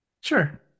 Sure